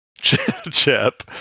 chip